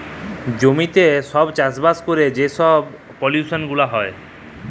জমিতে ছব চাষবাস ক্যইরে যে ছব পলিউশল গুলা হ্যয়